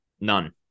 None